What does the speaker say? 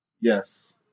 Yes